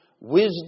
wisdom